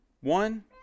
one